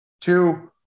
Two